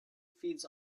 feeds